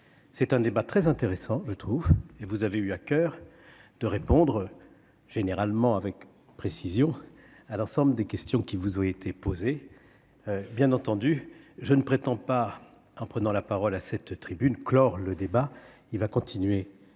c'est un débat très intéressant je trouve, et vous avez eu à coeur de répondre généralement avec précision à l'ensemble des questions qui vous auriez été posées bien entendu je ne prétends pas en prenant la parole à cette tribune clore le débat, il va continuer